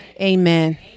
Amen